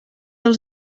els